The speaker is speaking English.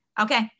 Okay